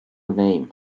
name